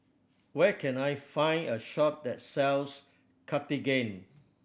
where can I find a shop that sells Cartigain